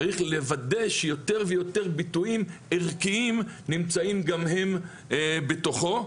צריך לוודא שיותר ויותר ביטויים ערכיים נמצאים גם הם בתוכו,